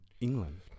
England